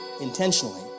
intentionally